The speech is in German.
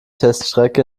teststrecke